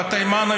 בתימן,